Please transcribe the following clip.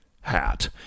hat